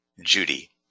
Judy